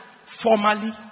Formally